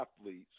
athletes